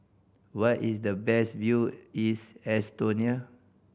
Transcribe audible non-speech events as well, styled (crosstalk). where is the best view (unintelligible) Estonia